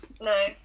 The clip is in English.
No